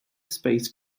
space